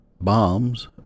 Bombs